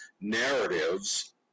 narratives